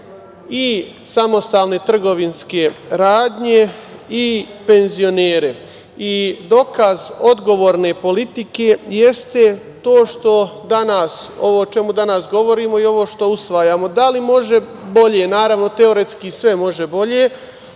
i samostalne trgovinske radnje i penzionere i dokaz odgovorne politike jeste ovo o čemu danas govorimo i ovo što usvajamo. Da li može bolje? Naravno, teoretski sve može bolje.